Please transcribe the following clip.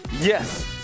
Yes